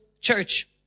church